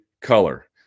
color